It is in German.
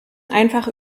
einfach